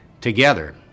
together